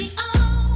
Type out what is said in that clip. on